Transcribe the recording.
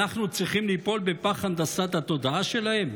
אנחנו צריכים ליפול בפח הנדסת התודעה שלהם?